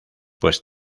pues